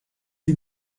die